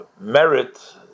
merit